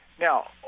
Now